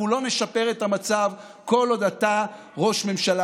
אנחנו לא נשפר את המצב כל עוד אתה ראש ממשלה,